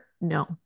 no